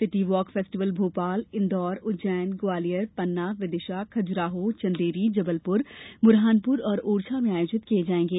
city walk festival Bhopal Indore Ujjain Gwalior Panna Vidisha Khajuraho Chanderi Jabalpur Burhanpur और ओरछा में आयोजित किये जायेंगे